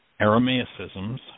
Aramaicisms